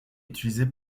utilisé